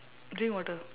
drink water